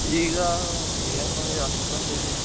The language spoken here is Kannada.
ಈಗ ಏನು ಯ್ ಅಷ್ಟೊಂದು ಇಲ್ಲ